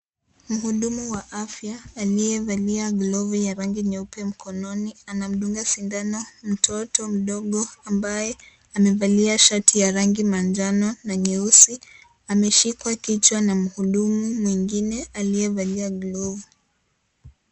Mhudumu wa afya aliyevalia glovu ya rangi nyeupe mkononi, anamdunga sindano mtoto mdogo ambaye amevalia shati ya rangi manjano na nyeusi. Ameshikwa kichwa na mhudumu mwengine aliyevalia glovu